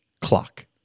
clock